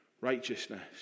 Righteousness